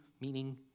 meaning